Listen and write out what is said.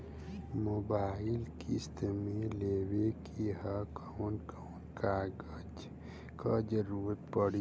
Mobile किस्त मे लेवे के ह कवन कवन कागज क जरुरत पड़ी?